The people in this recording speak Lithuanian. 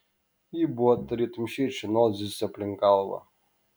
ji buvo tarytum širšė nuolat zyzusi aplink galvą